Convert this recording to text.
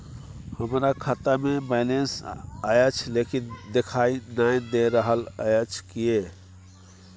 हमरा खाता में बैलेंस अएछ लेकिन देखाई नय दे रहल अएछ, किये?